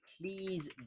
please